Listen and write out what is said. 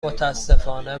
متاسفانه